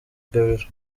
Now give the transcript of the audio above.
gabiro